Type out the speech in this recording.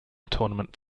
tournament